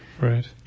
Right